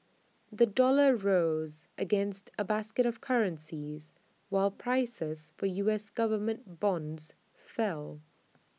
the dollar rose against A basket of currencies while prices for U S Government bonds fell